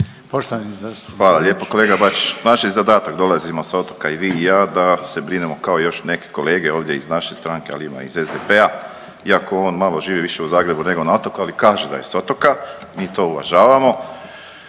Josip (HDZ)** Hvala lijepo. Kolega Bačić, naš je zadatak, dolazimo sa otoka i vi i ja, da se brinemo kao i još neke kolege ovdje iz naše stranke, ali ima i iz SDP-a iako on malo živi više u Zagrebu nego na otoku, ali kaže da je s otoka, mi to uvažavamo,